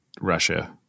Russia